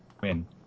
win